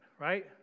right